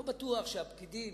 אני לא בטוח שהפקידים,